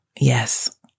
Yes